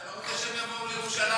אתה לא רוצה שהם יבואו לירושלים?